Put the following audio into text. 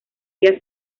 día